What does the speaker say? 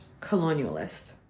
colonialist